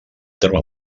terme